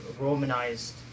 Romanized